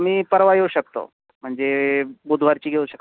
मी परवा येऊ शकतो म्हणजे बुधवारची घेऊ शक